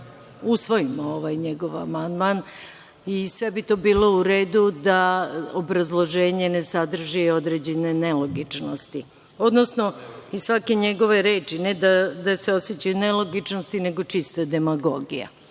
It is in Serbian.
usvojimo ovaj njegov amandman i sve bi to bilo u redu da obrazloženje ne sadrži određene nelogičnosti, odnosno iz svake njegove reči, ne da se osećaju nelogičnosti, nego čista demagogija,